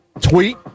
tweet